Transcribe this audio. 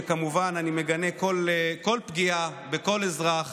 וכמובן אני מגנה כל פגיעה בכל אזרח,